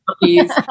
puppies